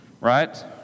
right